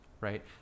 right